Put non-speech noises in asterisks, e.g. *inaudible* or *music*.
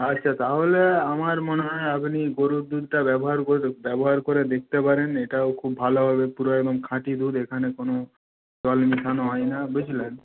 আচ্ছা তাহলে আমার মনে হয় আপনি গোরুর দুধটা ব্যবহার করে *unintelligible* ব্যবহার করে দেখতে পারেন এটাও খুব ভালো হবে পুরো একদম খাঁটি দুধ এখানে কোনো জল মেশানো হয় না বুঝলেন